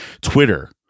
Twitter